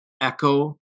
echo